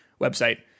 website